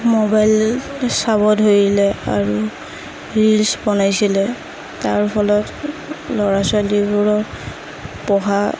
mobile চাব ধৰিলে আৰু ৰীলছ বনাইছিলে তাৰ ফলত ল'ৰা ছোৱালীবোৰৰ পঢ়া